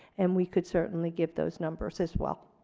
and we could certainly give those numbers as well.